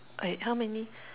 okay how many